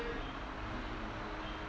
have